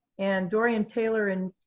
and dorian taylor in